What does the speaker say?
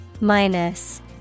Minus